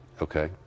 Okay